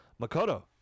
Makoto